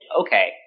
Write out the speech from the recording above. okay